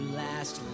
last